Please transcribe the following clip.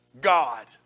God